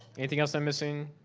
anything else i'm missing?